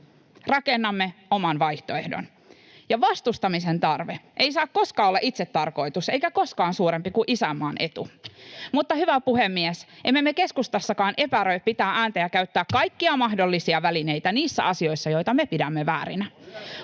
Rakennamme oman vaihtoehdon, ja vastustamisen tarve ei saa koskaan olla itsetarkoitus eikä koskaan suurempi kuin isänmaan etu. [Timo Heinonen: Hyvä!] Mutta, hyvä puhemies, emme me keskustassakaan epäröi pitää ääntä ja käyttää kaikkia mahdollisia välineitä niissä asioissa, joita me pidämme väärinä.